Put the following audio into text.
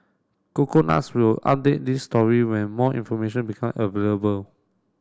coconuts will update this story when more information become available